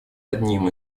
одним